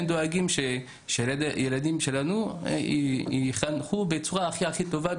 הם דואגים שהילדים שלנו יתחנכו בצורה הכי טובה,